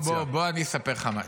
בוא אני אספר לך משהו.